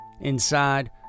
inside